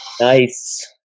Nice